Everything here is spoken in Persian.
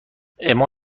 اِما